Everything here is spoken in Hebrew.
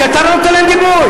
כי אתה נותן להם גיבוי.